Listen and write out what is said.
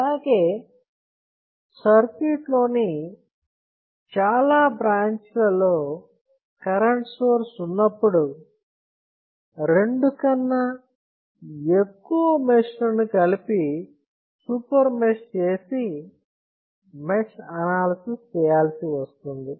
అలాగే సర్క్యూట్ లోని చాలా బ్రాంచ్ లలో కరెంట్ సోర్స్ ఉన్నప్పుడు రెండు కన్నా ఎక్కువ మెష్ లను కలిపి సూపర్ మెష్ చేసి మెష్ అనాలసిస్ చేయాల్సి వస్తుంది